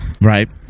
Right